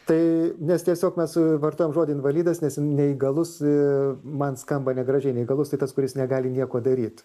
tai nes tiesiog mes vartojom žodį invalidas nes neįgalus man skamba negražiai neįgalus tai tas kuris negali nieko daryt